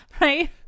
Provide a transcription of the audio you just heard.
right